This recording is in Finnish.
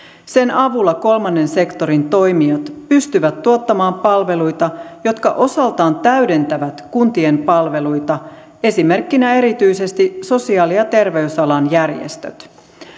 sen avulla kolmannen sektorin toimijat pystyvät tuottamaan palveluita jotka osaltaan täydentävät kuntien palveluita esimerkkinä erityisesti sosiaali ja terveysalan järjestöt